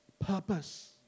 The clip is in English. Purpose